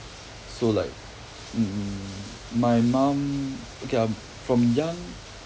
so like mm my mum mm okay lah from young